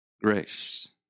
grace